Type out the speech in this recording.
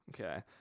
Okay